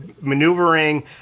maneuvering